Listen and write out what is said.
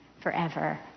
forever